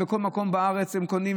ובכל מקום בארץ הם קונים,